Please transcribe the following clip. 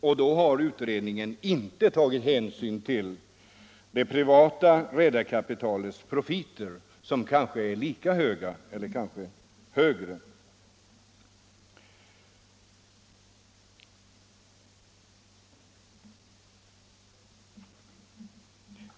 Och då har utredningen inte tagit hänsyn till det privata redarkapitalets profiter, som kanske är lika höga eller högre.